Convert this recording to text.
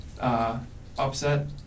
upset